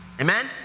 Amen